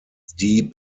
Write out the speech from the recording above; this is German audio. die